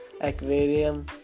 aquarium